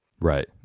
right